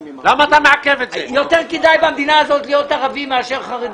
יותר כדאי במדינה הזאת להיות ערבי מאשר חרדי.